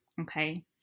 okay